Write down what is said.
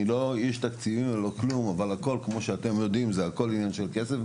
אני לא איש תקציבים אבל בסוף כמו שאתם יודעים זה הכול עניין של כסף,